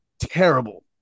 terrible